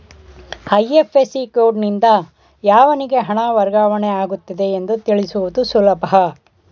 IFSC ಕೋಡ್ನಿಂದ ಯಾವನಿಗೆ ಹಣ ವರ್ಗಾವಣೆ ಆಗುತ್ತಿದೆ ಎಂದು ತಿಳಿಸುವುದು ಸುಲಭ